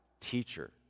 teacher